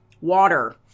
water